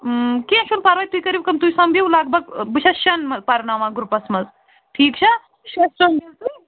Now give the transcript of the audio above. کیٚنٛہہ چھُ نہٕ پرواے تُہۍ کٔرِو کٲم تُہۍ سومبرِو لگ بگ بہٕ چھَس شٮ۪ن منٛز پرناوان گرٛوٗپس منٛز ٹھیٖک چھا شےٚ سوٚمبرِو تُہۍ